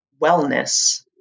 wellness